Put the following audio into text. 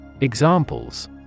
Examples